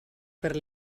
per